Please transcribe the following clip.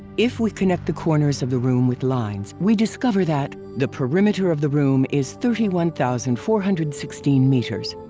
if we connect the corners of the room with lines, we discover that the perimeter of the room is thirty one thousand four hundred and sixteen meters.